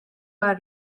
are